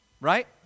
right